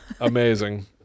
Amazing